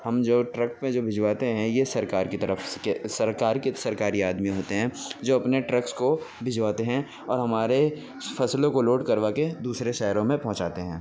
ہم جو ٹرک پہ جو بھیجواتے ہیں یہ سرکار کی طرف سے سرکار کے سرکاری آدمی ہوتے ہیں جو اپنے ٹرکس کو بھجواتے ہیں اور ہمارے فصلوں کو لوڈ کروا کے دوسرے شہروں میں پہنچاتے ہیں